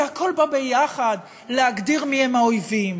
זה הכול בא ביחד להגדיר מי הם האויבים.